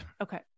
Okay